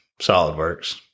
SolidWorks